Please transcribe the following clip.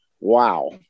wow